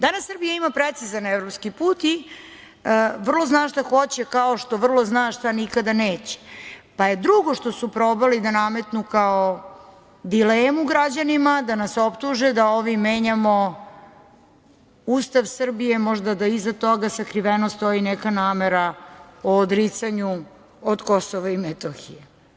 Danas Srbija ima precizan evropski put i vrlo zna šta hoće, kao što vrlo zna šta nikada neće, pa je drugo što su probali da nametnu kao dilemu građanima da nas optuže da ovim menjamo Ustav Srbije, možda da iza toga sakriveno stoji neka namera o odricanju od Kosova i Metohije.